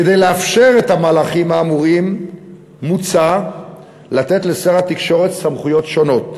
כדי לאפשר את המהלכים האמורים מוצע לתת לשר התקשורת סמכויות שונות,